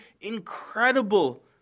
incredible